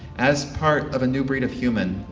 as part of a new breed of human,